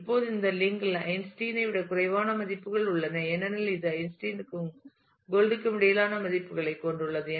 இப்போது இந்த லிங்க் இல் ஐன்ஸ்டீனை விடக் குறைவான மதிப்புகள் உள்ளன ஏனெனில் இது ஐன்ஸ்டீனுக்கும் கோல்ட் க்கும் இடையிலான மதிப்புகளைக் கொண்டுள்ளது